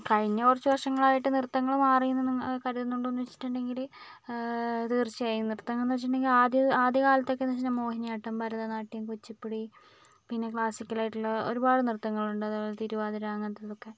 കഴിഞ്ഞ കുറച്ച് വർഷങ്ങളായിട്ട് നൃത്തങ്ങൾ മാറിനൊന്നും കരുതുന്നുണ്ടോന്ന് വെച്ചിട്ടുണ്ടെങ്കിൽ തീർച്ചയായും നൃത്തംന്ന് വെച്ചുട്ടുണ്ടെങ്കിൽ ആദ്യ ആദ്യകാലത്തൊക്കെ വെച്ചുകഴിഞ്ഞ മോഹിനിയാട്ടം ഭരതനാട്യം കുച്ചിപ്പുടി പിന്നെ ക്ലാസ്സിക്കലായിട്ടുള്ള ഒരുപാട് നൃത്തങ്ങളുണ്ട് അതുപോലെ തിരുവാതിര അങ്ങനത്തെതൊക്കെ